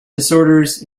disorders